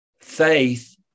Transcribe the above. faith